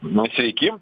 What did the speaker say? nu sveiki